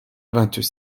vingt